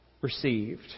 received